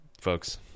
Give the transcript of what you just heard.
folks